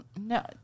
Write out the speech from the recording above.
No